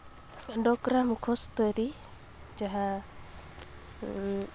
ᱰᱳᱠᱨᱟ ᱢᱩᱠᱷᱳᱥ ᱛᱳᱭᱨᱤ ᱡᱟᱦᱟᱸ